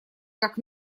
как